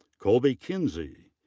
kolby kinzie.